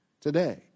today